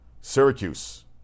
Syracuse